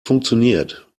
funktioniert